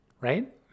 right